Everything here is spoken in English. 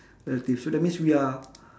relative so that means we are